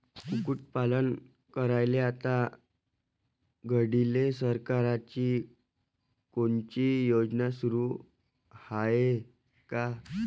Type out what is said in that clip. कुक्कुटपालन करायले आता घडीले सरकारची कोनची योजना सुरू हाये का?